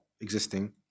existing